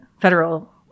Federal